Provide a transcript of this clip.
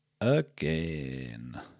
again